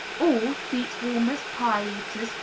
all, feet warmers, pie-eaters,